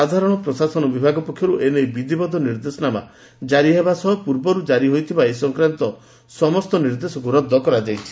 ସାଧାରଣ ପ୍ରଶାସନ ବିଭାଗ ପକ୍ଷରୁ ଏ ନେଇ ବିଧିବଦ୍ଧ ନିର୍ଦ୍ଦେଶନାମା କାରି ହେବା ସହ ପୂର୍ବରୁ କାରି ହୋଇଥିବା ଏ ସଂକ୍ରାନ୍ନ ସମସ୍ତ ନିର୍ଦ୍ଦେଶକୁ ରଦ୍ଦ କରାଯାଇଛି